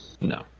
No